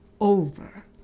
over